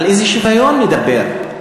על איזה שוויון נדבר?